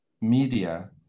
media